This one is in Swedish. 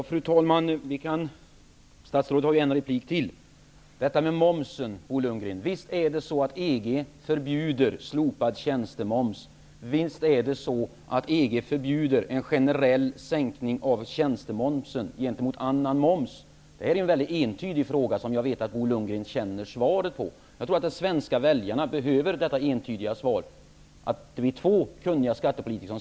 Fru talman! Statsrådet har rätt till ytterligare en replik. Detta med momsen, Bo Lundgren: Visst är det så, att EG förbjuder slopad tjänstemoms, att EG förbjuder en generell sänkning av tjänstemomsen gentemot annan moms? Detta är ju en entydig fråga som jag vet att Bo Lundgren känner till svaret på. Jag tror att de svenska väljarna behöver detta entydiga svar från två kunniga skattepolitiker.